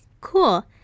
Cool